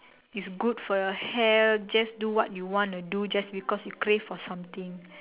is good for your health just do what you want to do just because you crave for something